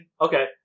Okay